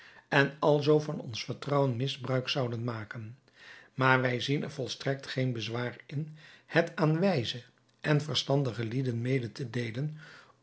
en alzoo van ons vertrouwen misbruik zouden maken maar wij zien er volstrekt geen bezwaar in het aan wijze en verstandige lieden mede te deelen